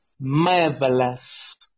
marvelous